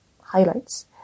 highlights